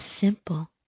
simple